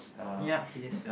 yup he is